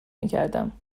میکردم